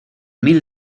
mil